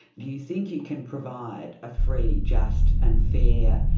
do you think you can provide a free, just and fair,